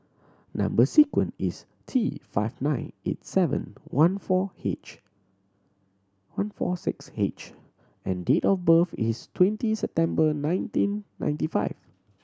number sequence is T five nine eight seven one four H one four six H and date of birth is twenty September nineteen ninety five